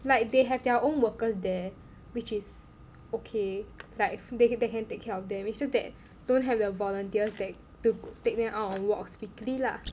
like they have their own workers there which is okay like they can they can take care of them is just that don't have the volunteers that to take them out on walks weekly lah